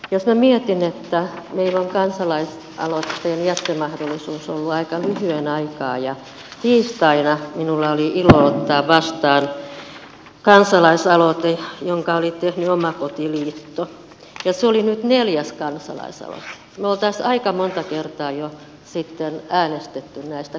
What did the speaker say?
jos minä mietin että meillä on kansalaisaloitteen jättömahdollisuus ollut aika lyhyen aikaa ja tiistaina minulla oli ilo ottaa vastaan kansalaisaloite jonka oli tehnyt omakotiliitto ja se oli nyt neljäs kansalaisaloite niin me olisimme aika monta kertaa jo sitten äänestäneet näistä kansalaisaloitteista